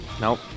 Nope